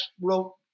wrote